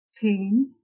team